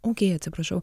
ūkiai atsiprašau